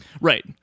Right